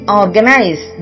organize